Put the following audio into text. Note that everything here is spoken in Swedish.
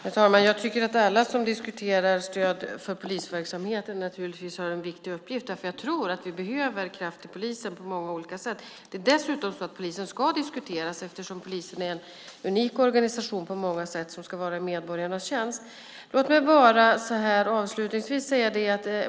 Herr talman! Jag tycker att alla som diskuterar stöd för polisverksamheten har en viktig uppgift. Jag tror att vi behöver kraft till polisen på många olika sätt. Det är dessutom så att polisen ska diskuteras, eftersom polisen på många sätt är en unik organisation som ska stå i medborgarnas tjänst.